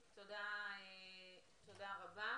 תודה רבה.